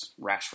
Rashford